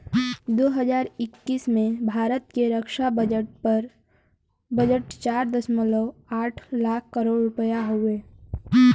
दू हज़ार इक्कीस में भारत के रक्छा बजट चार दशमलव आठ लाख करोड़ रुपिया हउवे